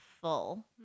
full